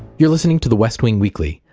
you're listening to the west wing weekly.